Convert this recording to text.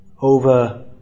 over